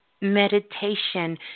Meditation